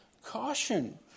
caution